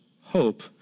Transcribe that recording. hope